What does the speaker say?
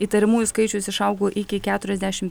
įtariamųjų skaičius išaugo iki keturiasdešimt